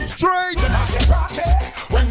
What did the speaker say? straight